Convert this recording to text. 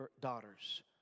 daughters